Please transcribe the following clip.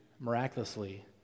miraculously